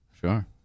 Sure